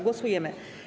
Głosujemy.